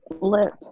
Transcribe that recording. lip